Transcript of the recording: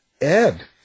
ed